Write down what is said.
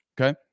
Okay